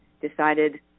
decided